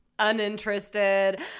uninterested